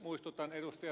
muistutan ed